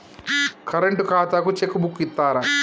Current ఖాతాకు cheque book ఇత్తరా?